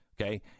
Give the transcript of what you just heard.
okay